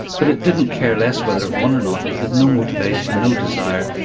but it didn't care less whether it won or not, it had no motivation, no desire,